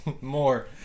More